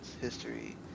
history